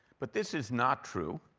but this is not true.